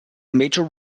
major